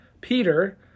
Peter